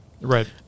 Right